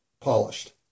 polished